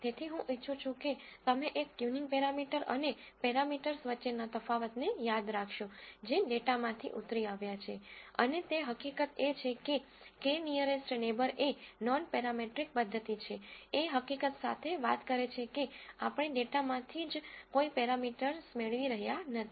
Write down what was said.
તેથી હું ઇચ્છું છું કે તમે એક tuningટ્યુનિંગ પેરામીટર્સ અને પેરામીટર્સ વચ્ચેના તફાવતને યાદ રાખશો જે ડેટામાંથી ઉતરી આવ્યા છે અને તે હકીકત એ છે કે k નીઅરેસ્ટ નેબર એ નોનપેરામેટ્રિક પદ્ધતિ છે એ હકીકત સાથે વાત કરે છે કે આપણે ડેટામાંથી જ કોઈ પેરામીટર્સ મેળવી રહ્યા નથી